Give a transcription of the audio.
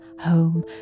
home